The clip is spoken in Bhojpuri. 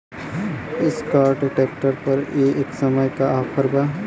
एस्कार्ट ट्रैक्टर पर ए समय का ऑफ़र बा?